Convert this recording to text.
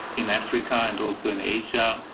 in africa and also in asia,